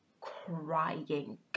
crying